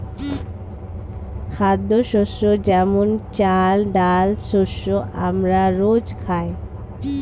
খাদ্যশস্য যেমন চাল, ডাল শস্য আমরা রোজ খাই